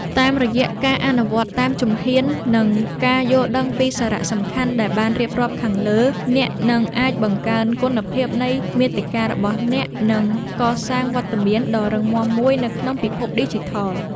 តាមរយៈការអនុវត្តតាមជំហ៊ាន និងការយល់ដឹងពីសារៈសំខាន់ដែលបានរៀបរាប់ខាងលើ អ្នកនឹងអាចបង្កើនគុណភាពនៃមាតិការបស់អ្នក និងកសាងវត្តមានដ៏រឹងមាំមួយនៅក្នុងពិភពឌីជីថល។